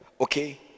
okay